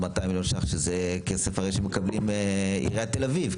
עוד 200 מיליון שקלים שזה הרי כסף שמקבלים מעיריית תל אביב,